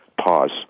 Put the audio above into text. pause